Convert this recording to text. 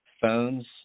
phones